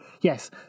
yes